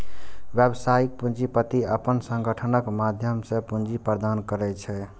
व्यावसायिक पूंजीपति अपन संगठनक माध्यम सं पूंजी प्रदान करै छै